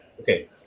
Okay